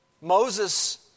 Moses